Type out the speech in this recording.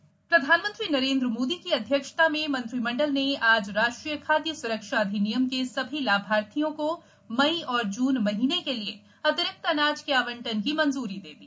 निशुल्क अनाज प्रधानमंत्री नरेन्द्र मोदी की अध्यक्षता में मंत्रिमंडल ने आज राष्ट्रीय खादय स्रक्षा अधिनियम के सभी लाभार्थियों को मई और जून माह के लिए अतिरिक्त अनाज के आवंटन की मंजूरी दे दी